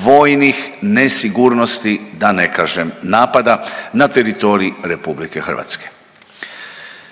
vojnih nesigurnosti, da ne kažem napada na teritorij RH.